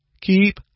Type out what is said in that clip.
keep